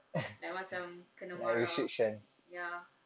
like macam kena marah ya